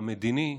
המדיני?